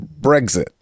Brexit